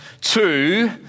two